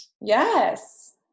Yes